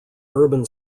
urban